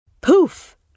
Poof